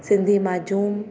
Sindhi माजूम